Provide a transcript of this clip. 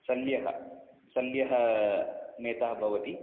शल्यः शल्यः नेता भवति